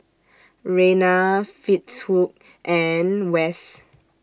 Reyna Fitzhugh and Wes